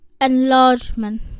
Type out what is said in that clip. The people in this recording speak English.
enlargement